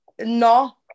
No